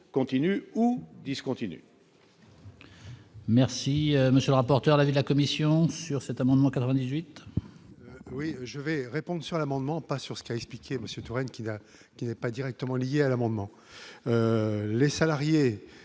continue ou discontinue. Merci, monsieur le rapporteur, l'avis de la Commission sur cet amendement 98. Oui, je vais répondre sur l'amendement pas sur ce qu'a expliqué Monsieur Touraine, qui va, qui n'est pas directement liée à l'amendement les salariés